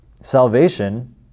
salvation